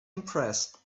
impressed